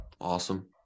awesome